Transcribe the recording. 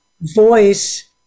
voice